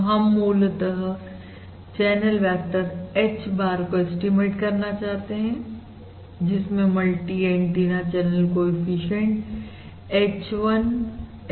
तो हम मूलतः चैनल वेक्टर h bar को एस्टीमेट करना चाहते हैं जिसमें multi antenna channel coefficient h1 h2 है